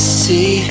see